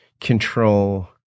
control